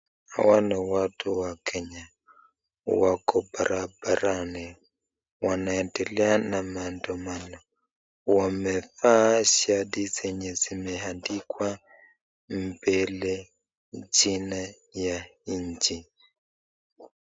Hawa ni watu wa Kenya, wako barabarani wanaendelea na maandamano. Wamevaa shati zenye zimeandikwa mbele jina ya nchi.